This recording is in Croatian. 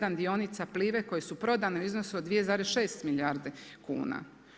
127 dionica Plive koje su prodane u iznosu od 2,6 milijarde kuna.